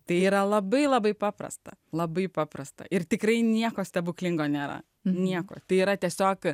tai yra labai labai paprasta labai paprasta ir tikrai nieko stebuklingo nėra nieko tai yra tiesiog